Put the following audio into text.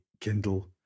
kindle